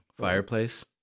fireplace